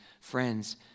Friends